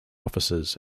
offices